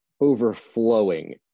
overflowing